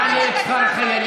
למה הוא לא מעלה את שכר החיילים?